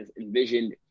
envisioned